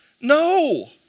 No